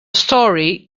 story